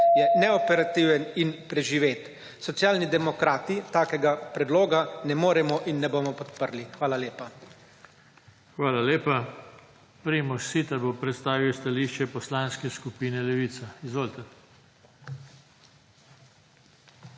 je neoperativen in preživet. Socialni demokrati takega predloga ne moremo in ne bomo podprli. Hvala lepa. **PODPREDSEDNIK JOŽE TANKO:** Hvala lepa. Primož Siter bo predstavil stališče Poslanske skupine Levica. Izvolite.